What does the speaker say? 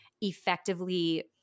effectively